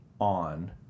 on